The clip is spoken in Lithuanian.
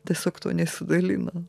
tiesiog tuo nesidalina